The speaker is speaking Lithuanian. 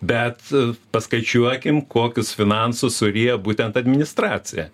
bet paskaičiuokim kokius finansus suryja būtent administracija